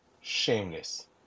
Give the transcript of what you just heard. Shameless